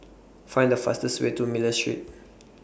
Find The fastest Way to Miller Street